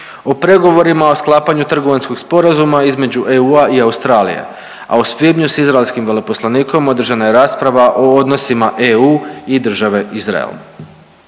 o pregovorima o sklapanju trgovinskog sporazuma između EU-a i Australije, a u svibnju s izraelskim veleposlanikom održana je rasprava o odnosima EU i države Izrael.